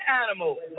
animal